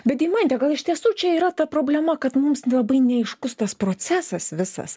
bet deimante iš tiesų čia yra ta problema kad mums labai neaiškus tas procesas visas